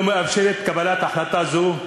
לא מאפשרת קבלת החלטה זו,